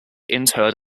interred